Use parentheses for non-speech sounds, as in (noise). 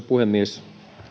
(unintelligible) puhemies